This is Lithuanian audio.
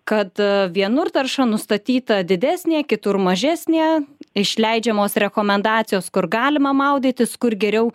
kad vienur tarša nustatyta didesnė kitur mažesnė išleidžiamos rekomendacijos kur galima maudytis kur geriau